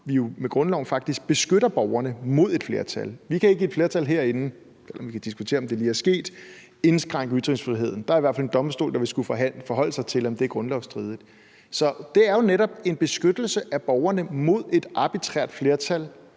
indskrænke ytringsfriheden. Vi kan så diskutere, om det lige er sket. Der er i hvert fald en domstol, der vil skulle forholde sig til, om det er grundlovsstridigt. Så det er jo netop en beskyttelse af borgerne mod et arbitrært flertal,